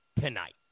tonight